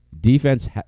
Defense